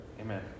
amen